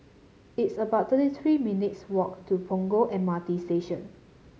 it's about thirty three minutes' walk to Punggol M R T Station